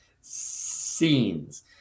scenes